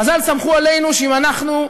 חז"ל סמכו עלינו שאם אנחנו,